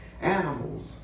animals